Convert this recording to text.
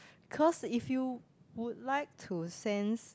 cause if you would like to sense